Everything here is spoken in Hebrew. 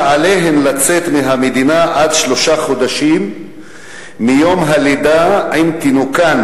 שלפיה עליהן לצאת מהמדינה עד שלושה חודשים מיום הלידה עם תינוקן,